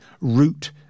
Root